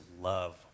love